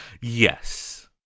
Yes